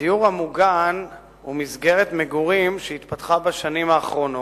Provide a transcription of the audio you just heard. הדיור המוגן הוא מסגרת מגורים שהתפתחה בשנים האחרונות,